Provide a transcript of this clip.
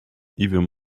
even